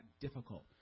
difficult